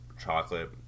chocolate